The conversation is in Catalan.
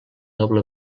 doble